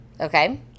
Okay